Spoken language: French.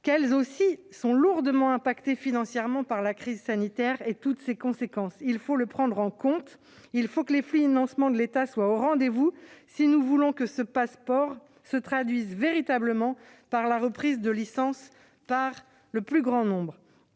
qu'elles aussi sont lourdement affectées, financièrement, par la crise sanitaire et toutes ses conséquences ! Il faut le prendre en compte. Il faut que les financements de l'État soient au rendez-vous si nous voulons que le Pass'Sport suscite véritablement la reprise de licences par le plus grand nombre.